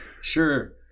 Sure